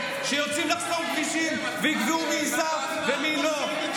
שיוצאים לחסום כבישים ויקבעו מי ייסע ומי לא.